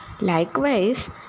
Likewise